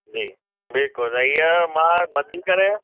जी बिल्कुलु त इहे मां ॿधी करे